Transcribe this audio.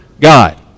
God